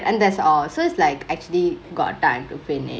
then that's all so is like actually got time to finish